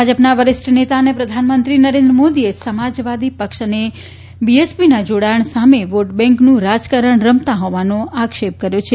ભાજપના વરિષ્ઠ નેતા અને પ્રધાનમંત્રી નરેન્દ્ર મોદીએ સમાજવાદી પક્ષ અને બીએસપીના જોડાણ સામે વોટ બેન્કનું રાજકારણ રમતા હોવાનો આક્ષેપ કર્યો છે